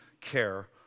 care